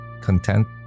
content